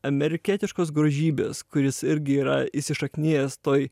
amerikietiškos grožybės kuris irgi yra įsišaknijęs toj